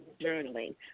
journaling